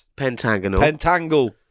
Pentagonal